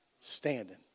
Standing